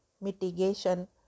mitigation